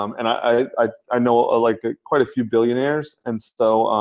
um and i i know ah like ah quite a few billionaires. and so